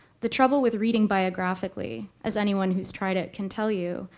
the trouble with reading biographically, as anyone who's tried it can tell you,